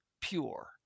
pure